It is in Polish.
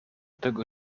tego